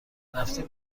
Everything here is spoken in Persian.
رفتیم